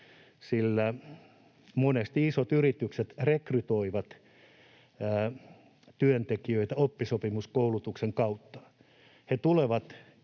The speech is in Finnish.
sillä monesti isot yritykset rekrytoivat työntekijöitä oppisopimuskoulutuksen kautta.